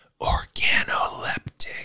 organoleptic